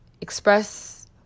express